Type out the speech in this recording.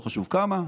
לא חשוב כמה.